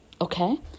okay